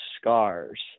scars